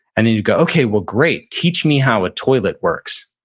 and then you go, okay, well, great. teach me how a toilet works.